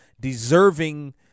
deserving